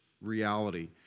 reality